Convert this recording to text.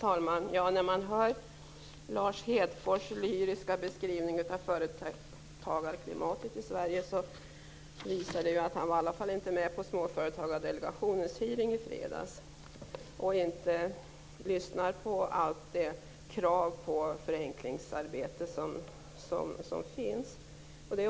Herr talman! När man här hör Lars Hedfors lyriska beskrivning av företagarklimatet i Sverige visar det att han i varje fall inte var med på Småföretagardelegationens hearing i fredags och inte har lyssnat på de krav på förenklingar som finns.